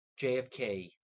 JFK